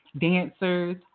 dancers